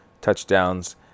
touchdowns